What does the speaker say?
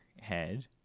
head